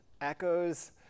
echoes